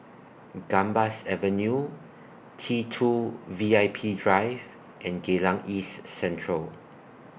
Gambas Avenue T two VIP Drive and Geylang East Central